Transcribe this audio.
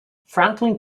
franklin